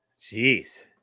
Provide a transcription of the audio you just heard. Jeez